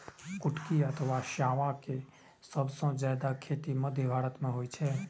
कुटकी अथवा सावां के सबसं जादे खेती मध्य भारत मे होइ छै